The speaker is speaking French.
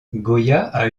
goya